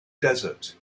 desert